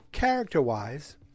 Character-wise